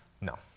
No